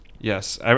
Yes